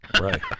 Right